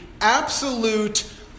absolute